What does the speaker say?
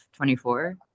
24